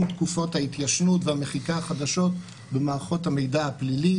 תקופות ההתיישנות והמחיקה החדשות במערכות המידע הפלילי